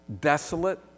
Desolate